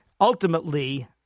ultimately